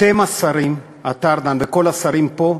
אתם השרים, אתה, ארדן, וכל השרים פה,